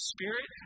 Spirit